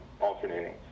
alternating